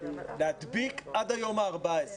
להדביק עד היום ה-14.